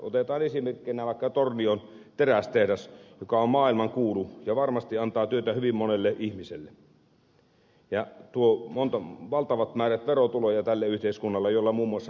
otetaan esimerkkinä vaikka tornion terästehdas joka on maailmankuulu ja varmasti antaa työtä hyvin monelle ihmiselle ja tuo valtavat määrät tälle yhteiskunnalle verotuloja joilla muun muassa maksetaan terveydenhuolto